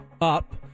up